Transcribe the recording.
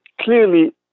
clearly